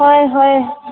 ꯍꯣꯏ ꯍꯣꯏ